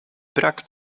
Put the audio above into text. brak